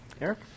Eric